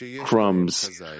crumbs